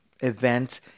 event